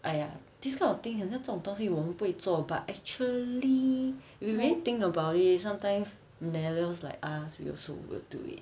!aiya! this kind of thing 很像这种东西我们不会做 but actually we may think about it sometimes millennials like us we also will do it